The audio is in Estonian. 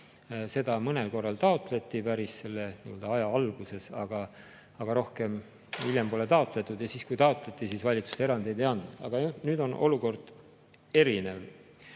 Seda mõnel korral taotleti päris selle aja alguses, aga rohkem pole taotletud. Ja siis, kui taotleti, siis valitsus erandeid ei andnud. Aga nüüd on olukord erinev.